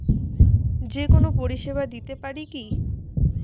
যে কোনো পরিষেবা দিতে পারি কি?